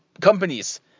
companies